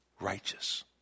righteous